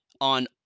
on